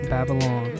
Babylon